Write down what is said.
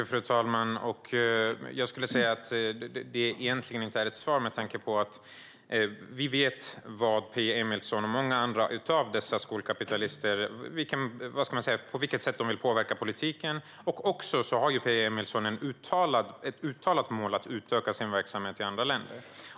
Fru talman! Jag skulle säga att detta egentligen inte är ett svar, med tanke på att vi vet på vilket sätt Peje Emilsson och många andra av dessa skolkapitalister vill påverka politiken. Peje Emilsson har dessutom ett uttalat mål att utöka sin verksamhet till andra länder.